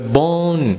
born